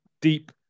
deep